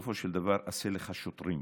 בסופו של דבר, עשה לך שוטרים.